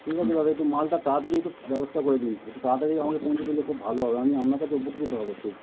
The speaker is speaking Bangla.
ঠিক আছে দাদা একটু মালটা তাড়াতাড়ি একটু ব্যবস্থা করে দিন একটু তাড়াতাড়ি আমাকে পৌঁছে দিলে খুব ভালো হবে আমি আপনার কাছে উপকৃত হবো খুব